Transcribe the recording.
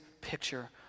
picture